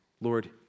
Lord